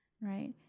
right